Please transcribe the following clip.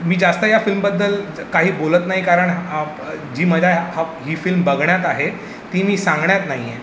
मी जास्त या फिल्मबद्दल काही बोलत नाही कारण जी मजा ह्या हा ही फिल्म बघण्यात आहे ती मी सांगण्यात नाही आहे